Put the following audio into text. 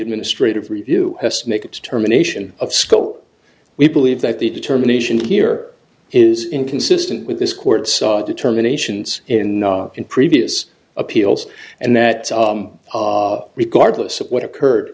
administrative review has to make a determination of sco we believe that the determination here is inconsistent with this court sod determinations in in previous appeals and that regardless of what occurred